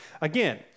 again